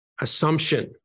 assumption